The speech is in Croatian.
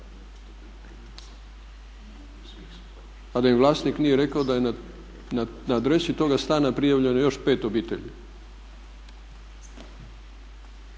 a da im vlasnik nije rekao da je na adresi toga stana prijavljeno još pet obitelji.